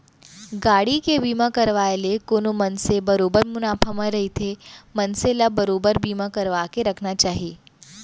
गाड़ी के बीमा करवाय ले कोनो मनसे बरोबर मुनाफा म रहिथे मनसे ल बरोबर बीमा करवाके रखना चाही